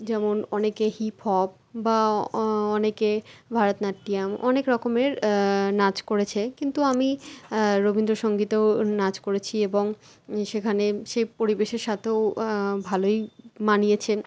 যেমন অনেকে hip hop বা অনেকে ভারতনাট্যম অনেক রকমের নাচ করেছে কিন্তু আমি রবীন্দ্র সঙ্গীতেও নাচ করেছি এবং সেখানে সেই পরিবেশের সাথেও ভালোই মানিয়েছে